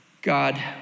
God